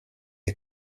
est